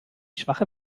schwache